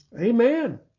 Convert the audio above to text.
Amen